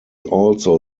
also